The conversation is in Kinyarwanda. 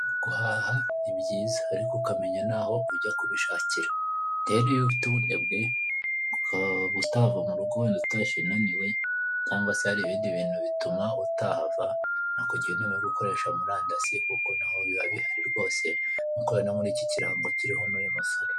Guhaha ni byiza ariko ukamenya naho ujya kubishakira. Rero iyo ufite ubunebwe ukaba utava murugo wenda utashye unaniwe, cyangwa se hari ibindi bintu bituma utahava, nakugira inama yo gukoresha murandasi kuko naho biba bihari rwose, nkuko ubibona muri iki kirango kiriho uyu musore.